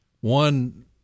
One